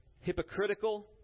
hypocritical